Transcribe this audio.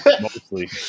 Mostly